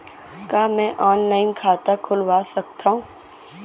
का मैं ऑनलाइन खाता खोलवा सकथव?